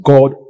God